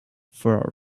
for